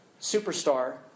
superstar